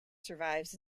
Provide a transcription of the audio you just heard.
survives